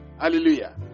Hallelujah